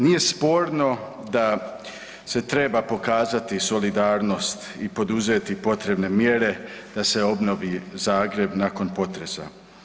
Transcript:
Nije sporno da se treba pokazati solidarnost i poduzeti potrebne mjere da se obnovi Zagreb nakon potresa.